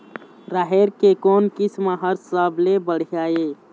राहेर के कोन किस्म हर सबले बढ़िया ये?